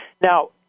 Now